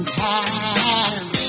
time